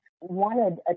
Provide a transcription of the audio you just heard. wanted